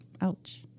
Ouch